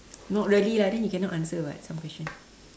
not really lah I think you cannot answer [what] some question